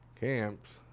camps